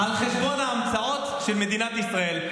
על חשבון ההמצאות של מדינת ישראל.